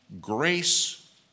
Grace